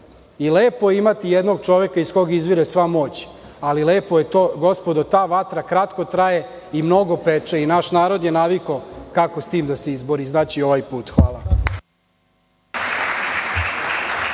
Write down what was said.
nema. Lepo je imati jednog čoveka iz kog izvire sva moć, ali lepo je to gospodo ta vatra kratko traje i mnogo peče i naš narod je navikao kako sa tim da se izbori i znače i ovaj put. Hvala.